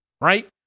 Right